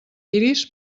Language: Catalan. iris